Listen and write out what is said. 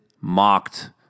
mocked